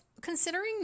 considering